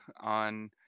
on